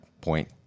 point